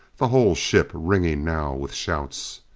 the whole ship ringing now with shouts.